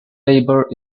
labor